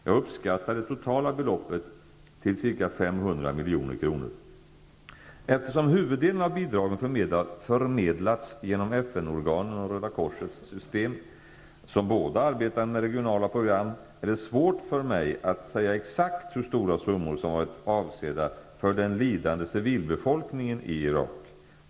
Jag uppskattar det totala beloppet till ca 500 milj.kr. Eftersom huvuddelen av bidragen förmedlats genom FN-organen och Röda kors-systemet -- som båda arbetar med regionala program -- är det svårt för mig att säga exakt hur stora summor som varit avsedda för den lidande civilbefolkningen i Irak.